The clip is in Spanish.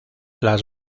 las